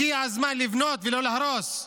הגיע הזמן לבנות ולא להרוס.